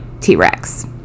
T-Rex